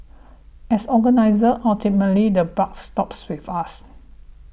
as organisers ultimately the bucks stops with us